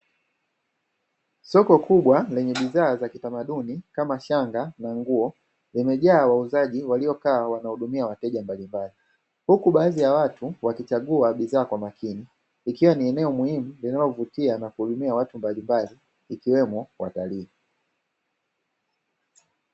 Soko kubwa lenye bidhaa za kitamaduni kama shanga na nguo limejaa wauzaji, waliokaa wana hudumia wateja mbalimbali, huku baadhi ya watu wakichagua bidhaa kwa makini ikiwa ni eneo muhimu linalovutia na kuhudumia watu mbalimbali, ikiwemo watalii.